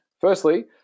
firstly